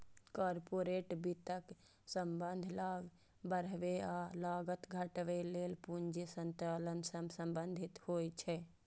corporate वित्तक संबंध लाभ बढ़ाबै आ लागत घटाबै लेल पूंजी संचालन सं संबंधित होइ छै